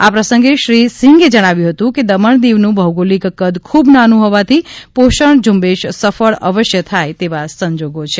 આ પ્રસંગે શ્રી સિંઘે જણાવ્યું હતું કે દમણ દિવનું ભૌગોલિક કદ ખૂબ નાનું હોવાથી પોષમ ઝૂંબેશ સફળ અવશ્ય થાય તેવા સંજોગ છે